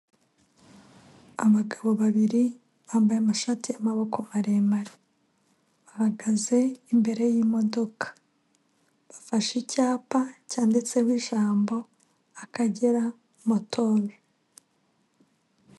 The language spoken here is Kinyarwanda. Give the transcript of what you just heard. Abagabo babiri bambaye amashati y'amaboko maremare, bahagaze imbere y'imodoka bafashe icyapa cyanditseho ijambo akagera motoro.